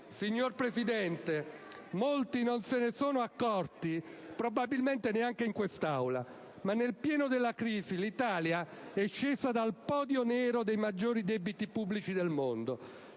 Signor Presidente, molti non se ne sono accorti, probabilmente neanche in quest'Aula, ma nel pieno della crisi l'Italia è scesa dal podio nero dei maggiori debiti pubblici del mondo: